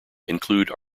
include